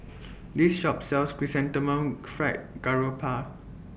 This Shop sells Chrysanthemum Fried Garoupa